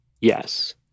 Yes